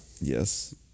Yes